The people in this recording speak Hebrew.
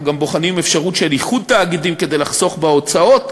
אנחנו גם בוחנים אפשרות של איחוד תאגידים כדי לחסוך בהוצאות,